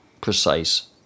precise